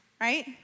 right